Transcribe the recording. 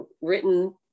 written